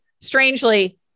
strangely